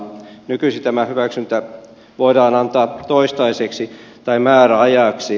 nykyisin tämä hyväksyntä voidaan antaa toistaiseksi tai määräajaksi